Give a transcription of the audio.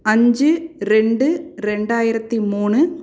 அஞ்சு ரெண்டு ரெண்டாயிரத்தி மூணு